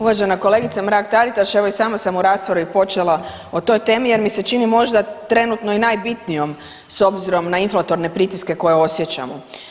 Uvažena kolegice Mrak-Taritaš, evo i sama sam u raspravi počela o toj temi jer mi se čini možda trenutno i najbitnijom s obzirom na inflatorne pritiske koje osjećamo.